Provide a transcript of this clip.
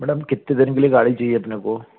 madam कितने दिन के लिए गाड़ी चाहिए अपने को